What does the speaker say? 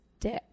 dick